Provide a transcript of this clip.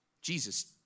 Jesus